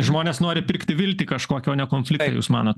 žmonės nori pirkti viltį kažkokią o ne konfliktą jūs manot